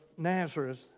Nazareth